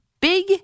big